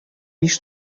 биш